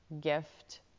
gift